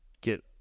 get